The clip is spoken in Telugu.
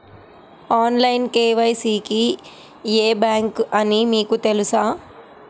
ఆన్లైన్ కే.వై.సి కి ఏ బ్యాంక్ అని మీకు తెలుసా?